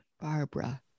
barbara